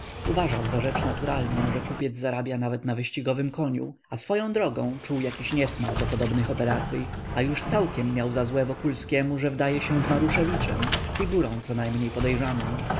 uważał za rzecz naturalną że kupiec zarabia nawet na wyścigowym koniu swoją drogą czuł jakiś niesmak do podobnych operacyj a już całkiem miał za złe wokulskiemu że wdaje się z maruszewiczem figurą co najmniej podejrzaną